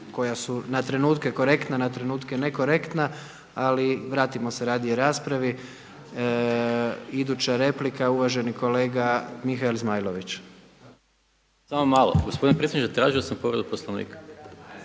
koja su na trenutku korektna, na trenutke nekorektna ali vratimo se radije raspravi. Iduća replika je uvaženi kolega Mihael Zmajlović. **Maras, Gordan (SDP)** Samo malo. Gospodine potpredsjedniče tražio sam povredu Poslovnika.